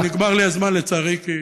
נגמר לי הזמן, לצערי, כי